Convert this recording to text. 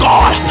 God